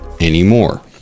anymore